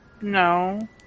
No